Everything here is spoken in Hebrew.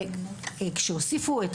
כשהוסיפו את